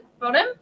bottom